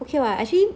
okay [what] actually